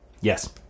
Yes